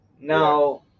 Now